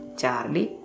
Charlie